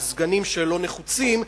של סגנים שלא נחוצים,